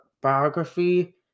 biography